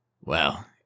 Well